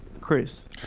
Chris